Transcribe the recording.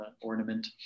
ornament